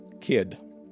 kid